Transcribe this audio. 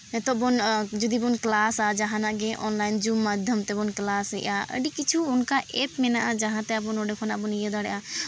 ᱱᱤᱛᱚᱜ ᱵᱚᱱ ᱡᱩᱫᱤ ᱵᱚᱱ ᱠᱞᱟᱥᱟ ᱡᱟᱦᱟᱱᱟᱜ ᱜᱮ ᱚᱱᱞᱟᱭᱤᱱ ᱡᱩᱢ ᱢᱟᱫᱽᱫᱷᱚᱢ ᱛᱮᱵᱚᱱ ᱠᱞᱟᱥᱮᱫᱼᱟ ᱟᱹᱰᱤ ᱠᱤᱪᱷᱩ ᱚᱱᱠᱟ ᱮᱯ ᱢᱮᱱᱟᱜᱼᱟ ᱡᱟᱦᱟᱸᱛᱮ ᱟᱵᱚ ᱱᱚᱰᱮ ᱠᱷᱚᱱᱟᱜ ᱵᱚᱱ ᱤᱭᱟᱹ ᱫᱟᱲᱮᱭᱟᱜᱼᱟ